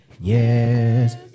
Yes